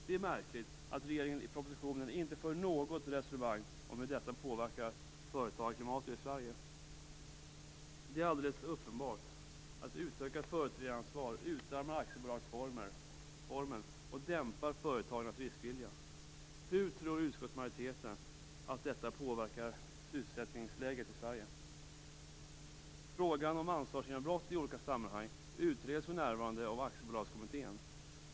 Det är märkligt att regeringen i propositionen inte för något resonemang om hur detta påverkar företagsklimatet i Sverige. Det är alldeles uppenbart att ett utökat företrädaransvar utarmar aktiebolagsformen och dämpar företagarnas riskvilja. Hur tror utskottsmajoriteten att detta påverkar sysselsättningsläget i Sverige? Frågan om ansvarsgenombrott i olika sammanhang utreds för närvarande av Aktiebolagskommittén.